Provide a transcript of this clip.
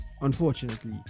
Unfortunately